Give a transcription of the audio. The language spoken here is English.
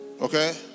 Okay